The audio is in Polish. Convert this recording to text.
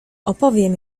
opowiem